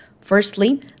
Firstly